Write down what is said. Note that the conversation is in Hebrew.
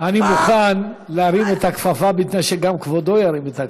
אני מוכן להרים את הכפפה,